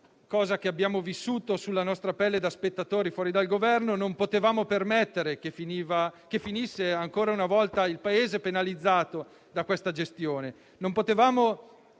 cosa che abbiamo vissuto sulla nostra pelle da spettatori fuori dal Governo, non potevamo permettere che ancora una volta il Paese fosse penalizzato da questa gestione. Non potevamo